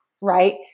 right